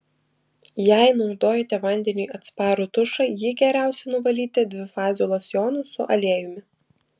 jei naudojate vandeniui atsparų tušą jį geriausia nuvalyti dvifaziu losjonu su aliejumi